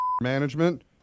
management